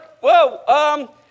whoa